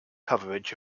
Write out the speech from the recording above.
coverage